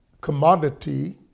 commodity